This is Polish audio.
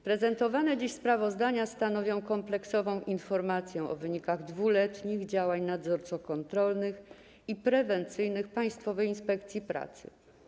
Prezentowane dziś sprawozdania stanowią kompleksową informację o wynikach 2-letnich działań nadzorczo-kontrolnych i prewencyjnych Państwowej Inspekcji Pracy.